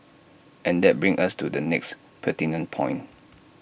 and that brings us to the next pertinent point